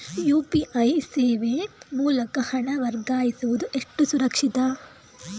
UPI ಸೇವೆ ಮೂಲಕ ಹಣ ವರ್ಗಾಯಿಸುವುದು ಎಷ್ಟು ಸುರಕ್ಷಿತ?